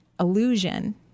illusion